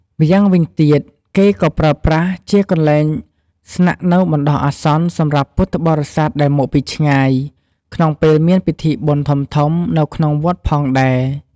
ម្យ៉ាងវិញទៀតគេក៏ប្រើប្រាស់ជា កន្លែងស្នាក់នៅបណ្ដោះអាសន្ន សម្រាប់ពុទ្ធបរិស័ទដែលមកពីឆ្ងាយ ក្នុងពេលមានពិធីបុណ្យធំៗនៅក្នុងវត្តផងដែរ។